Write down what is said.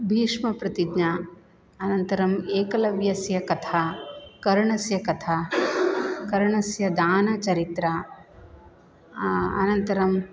भीष्मप्रतिज्ञा अनन्तरम् एकलव्यस्य कथा कर्णस्य कथा कर्णस्य दानचरित्रम् अनन्तरं